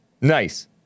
Nice